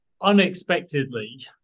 unexpectedly